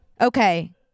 okay